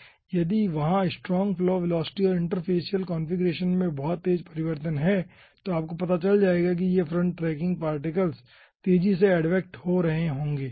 यदि वहां strong flow velocity और इंटरफैसिअल कॉन्फ़िगरेशन में तेज़ परिवर्तन है तो आपको पता चल जाएगा कि ये फ्रंट ट्रैकिंग पार्टिकल्स तेजी से एडवेक्ट हो रहे होंगे